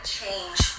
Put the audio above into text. change